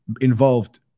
involved